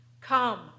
come